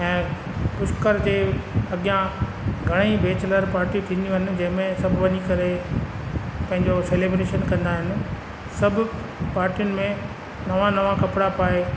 हा पुष्कर जे अॻियां घणा ई बैचलर पार्टियूं थींदियूं आहिनि जंहिंमें सभु वञी करे पंहिंजो सेलीब्रेशन कंदा आहिनि सभु पार्टियुनि में नवा नवा कपिड़ा पाए